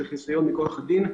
אלא זה חיסיון מכוח הדין,